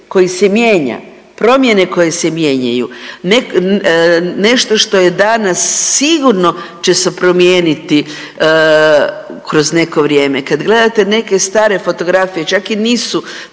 koji se mijenja, promjene koje se mijenjaju, nešto što je danas sigurno će se promijeniti kroz neko vrijeme. Kad gledate neke stare fotografije, čak i nisu